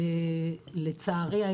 לצערי,